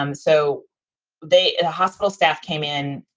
um so they the hospital staff came in